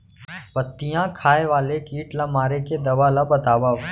पत्तियां खाए वाले किट ला मारे के दवा ला बतावव?